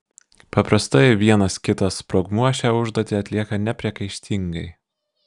paprastai vienas kitas sprogmuo šią užduotį atlieka nepriekaištingai